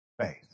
faith